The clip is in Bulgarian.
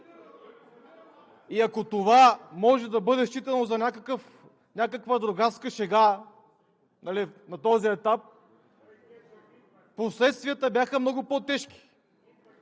И ако това може да бъде считано за някаква другарска шега на този етап, последствията бяха много по-тежки,